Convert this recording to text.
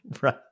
right